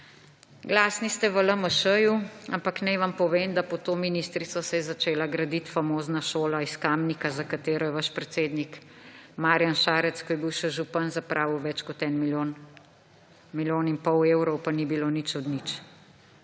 Glasni ste v LMŠ, ampak naj vam povem, da pod to ministrico se je začela graditi famozna šola iz Kamnika, za katero je vaš predsednik Marjan Šarec, ko je bil še župan, zapravil več kot en milijon, milijon in pol evrov, pa ni bilo nič od nič.